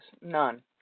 None